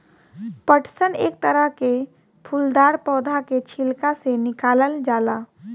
पटसन एक तरह के फूलदार पौधा के छिलका से निकालल जाला